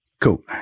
Cool